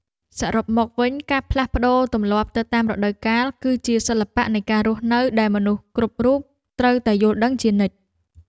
សរុបមកវិញ ការផ្លាស់ប្តូរទម្លាប់ទៅតាមរដូវកាល គឺជាសិល្បៈនៃការរស់នៅដែលមនុស្សគ្រប់រូបត្រូវតែយល់ដឹងជានិច្ច។